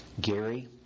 Gary